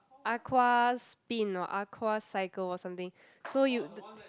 aqua spin or aqua cycle or something so you